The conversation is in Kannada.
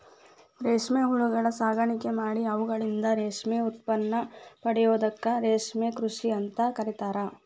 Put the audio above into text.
ರೇಷ್ಮೆ ಹುಳಗಳ ಸಾಕಾಣಿಕೆ ಮಾಡಿ ಅವುಗಳಿಂದ ರೇಷ್ಮೆ ಉತ್ಪನ್ನ ಪಡೆಯೋದಕ್ಕ ರೇಷ್ಮೆ ಕೃಷಿ ಅಂತ ಕರೇತಾರ